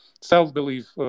self-belief